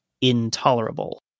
intolerable